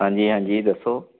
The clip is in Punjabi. ਹਾਂਜੀ ਹਾਂਜੀ ਦੱਸੋ